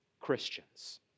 Christians